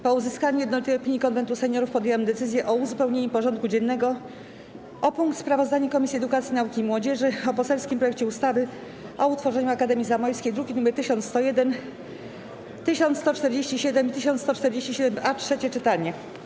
Po uzyskaniu jednolitej opinii Konwentu Seniorów podjęłam decyzję o uzupełnieniu porządku dziennego o punkt: Sprawozdanie Komisji Edukacji, Nauki i Młodzieży o poselskim projekcie ustawy o utworzeniu Akademii Zamojskiej, druki nr 1101, 1147 i 1147-A - trzecie czytanie.